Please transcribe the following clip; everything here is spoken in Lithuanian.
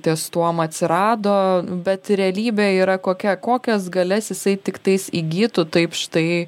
ties tuom atsirado bet realybė yra kokia kokias galias jisai tiktais įgytų taip štai